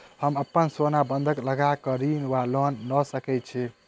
हम अप्पन सोना बंधक लगा कऽ ऋण वा लोन लऽ सकै छी?